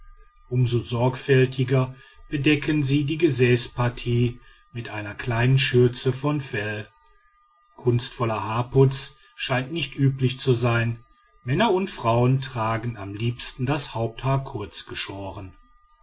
so sorgfältiger bedecken sie die gesäßpartie mit einer kleinen schürze von fell kunstvoller haarputz scheint nicht üblich zu sein männer und frauen tragen am liebsten das haupthaar kurz geschoren